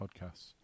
podcasts